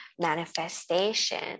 manifestation